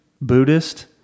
Buddhist